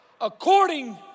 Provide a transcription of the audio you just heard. according